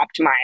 optimize